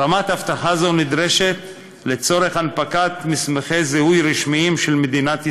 רמת אבטחה זו נדרשת לצורך הנפקת מסמכי זיהוי רשמיים של מדינת ישראל.